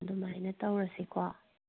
ꯑꯗꯨꯃꯥꯏꯅ ꯇꯧꯔꯁꯤꯀꯣ